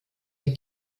der